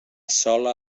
sola